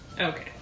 Okay